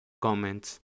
comments